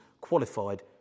qualified